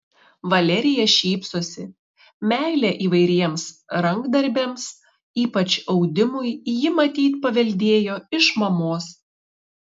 valerija šypsosi meilę įvairiems rankdarbiams ypač audimui ji matyt paveldėjo iš mamos